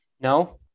No